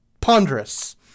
ponderous